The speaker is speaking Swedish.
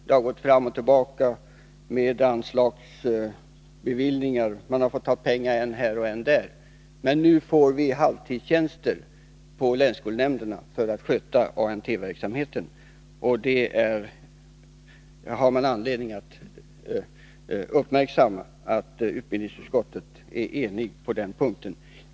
Det har gått fram och tillbaka i fråga om anslagsbevillningar, man har fått ta pengar än här och än där. Men nu får vi halvtidstjänster på länsskolnämnderna för att sköta ANT-verksamheten, och man har anledning att uppmärksamma att utbildningsutskottet är enigt på den punkten.